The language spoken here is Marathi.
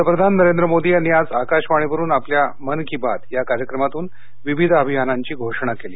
पंतप्रधान नरेंद्र मोदी यांनी आज आकाशवाणीवरुन आपल्या मन की बात या कार्यक्रमातून विविध अभियानांची घोषणा केली